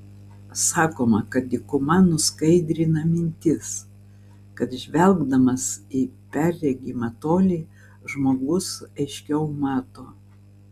sakoma kad dykuma nuskaidrina mintis kad žvelgdamas į perregimą tolį žmogus aiškiau mato